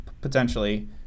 potentially